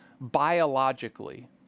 biologically